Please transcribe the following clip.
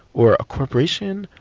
or a corporation,